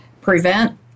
prevent